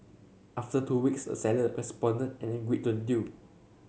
after two weeks the seller responded and agreed to the deal